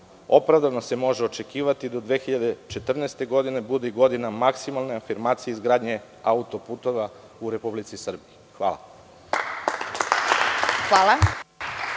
opravdano se može očekivati da 2014. godina bude i godina maksimalne afirmacije izgradnje autoputeva u Republici Srbiji. Hvala.